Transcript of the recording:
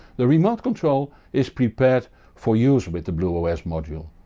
the remote control is prepared for use with the bluos module.